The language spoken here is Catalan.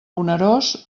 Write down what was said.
onerós